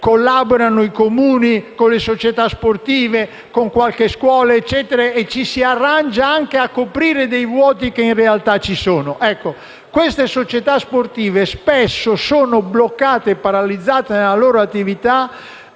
collaborano con le società sportive, con qualche scuola, e ci si arrangia anche a coprire vuoti che in realtà esistono. Queste società sportive spesso sono bloccate, paralizzate nella loro attività